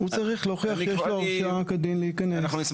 הוא צריך להוכיח שיש לו הרשאה כדין להיכנס.